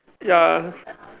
ya